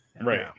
Right